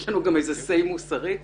יש לנו אמירה מוסרית כאן.